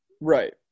Right